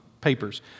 papers